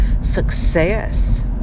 success